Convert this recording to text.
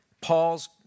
Paul's